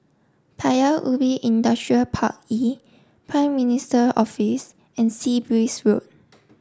Paya Ubi Industrial Park E Prime Minister Office and Sea Breeze Road